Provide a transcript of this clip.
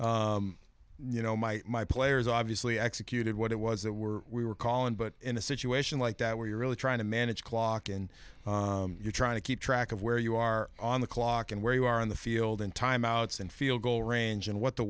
you know my my players obviously executed what it was that were we were calling but in a situation like that where you're really trying to manage clock and you're trying to keep track of where you are on the clock and where you are on the field in time outs and field goal range and what the